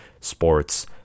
Sports